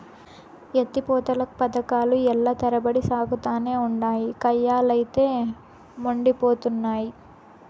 ఎత్తి పోతల పదకాలు ఏల్ల తరబడి సాగతానే ఉండాయి, కయ్యలైతే యెండిపోతున్నయి